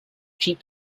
cheap